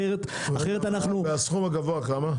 אחרת אנחנו -- והסכום הגבוה כמה?